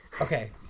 okay